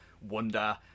wonder